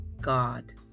God